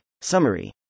summary